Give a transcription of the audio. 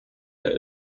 der